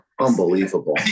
Unbelievable